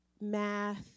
math